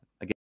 again